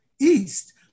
east